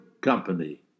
company